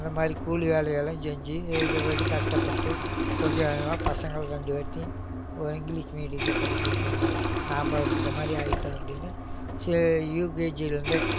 இந்த மாதிரி கூலி வேலையெல்லாம் செஞ்சு கஷ்டப்பட்டு கொஞ்சம் கொஞ்சமாக பசங்களை ரெண்டு பேர்த்தையும் ஒரு இங்கிலீஷ் மீடியத்தில் படிக்க வைக்கணும் நாம்ம இந்த மாதிரி ஆகிட்டோம் அப்படின்னு சரி யூகேஜிலேருந்தே